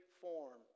form